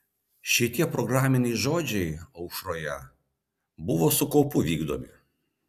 šitie programiniai žodžiai aušroje buvo su kaupu vykdomi